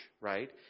right